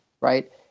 right